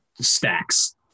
stacks